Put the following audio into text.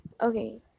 okay